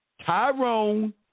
Tyrone